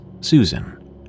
Susan